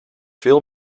veel